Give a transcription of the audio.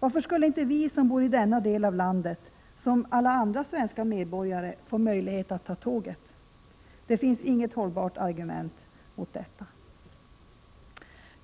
Varför skulle inte vi som bor i denna del av landet, som alla andra svenska medborgare, få möjlighet att ta tåget? Det finns inget hållbart argument mot detta.